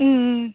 ம் ம்